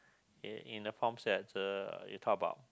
in in the forms that the you talk about